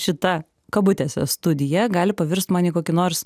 šita kabutėse studija gali pavirsti man į kokį nors